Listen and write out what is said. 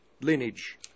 lineage